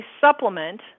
supplement